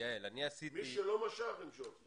מי שלא משך ימשוך.